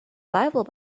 bible